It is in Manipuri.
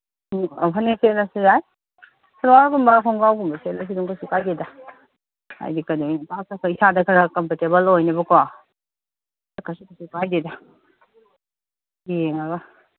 ꯎꯝ ꯐꯅꯦꯛ ꯁꯦꯠꯂꯁꯨ ꯌꯥꯏ ꯁꯜꯋꯥꯔꯒꯨꯝꯕ ꯈꯪꯒꯥꯎꯒꯨꯝꯕ ꯁꯦꯠꯂꯁꯨ ꯑꯗꯨꯝ ꯀꯩꯁꯨ ꯀꯥꯏꯗꯦꯗ ꯍꯥꯏꯗꯤ ꯀꯩꯅꯣ ꯏꯐꯥ ꯐꯥꯒꯩ ꯏꯁꯥꯗ ꯈꯔ ꯀꯝꯐꯣꯔꯇꯦꯕꯜ ꯑꯣꯏꯅꯕꯀꯣ ꯀꯩꯁꯨꯗꯤ ꯀꯥꯏꯗꯦꯗ ꯌꯦꯡꯉꯒ